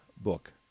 book